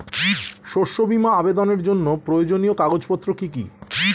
শস্য বীমা আবেদনের জন্য প্রয়োজনীয় কাগজপত্র কি কি?